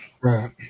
Right